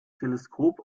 teleskop